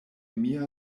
mia